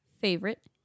favorite